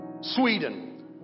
Sweden